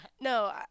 no